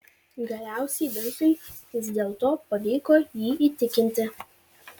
galiausiai vincui vis dėlto pavyko jį įtikinti